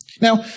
now